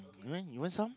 you want you want some